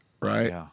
Right